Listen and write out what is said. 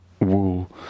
wool